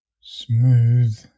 smooth